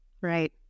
Right